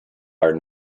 are